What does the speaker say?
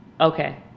Okay